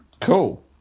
Cool